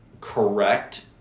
correct